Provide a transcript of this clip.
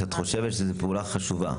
אני חושבת שזוהי פעולה חשובה,